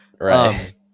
right